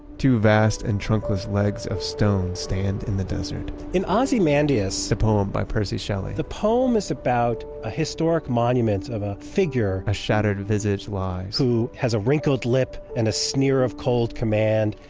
two vast and trunkless legs of stone stand in the desert. in ozymandias the poem by percy shelley the poem is about a historic monument of a figure a shattered visage lies who has a wrinkled lip and a sneer of cold command.